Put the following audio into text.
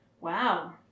Wow